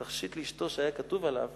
תכשיט שהיה כתוב עליו